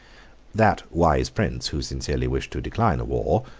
that wise prince, who sincerely wished to decline a war,